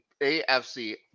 AFC